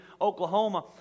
Oklahoma